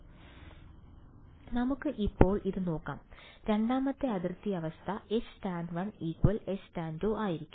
അതിനാൽ നമുക്ക് ഇപ്പോൾ അത് നോക്കാം രണ്ടാമത്തെ അതിർത്തി അവസ്ഥ Htan1 Htan2 ആയിരിക്കും